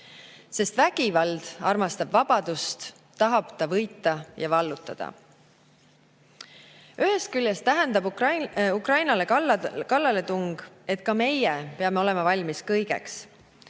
Sest vägivald armastab vabadust, tahab ta võita ja vallutada. Ühest küljest tähendab kallaletung Ukrainale, et ka meie peame olema valmis kõigeks.